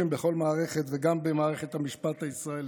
בכל מערכת וגם במערכת המשפט הישראלית,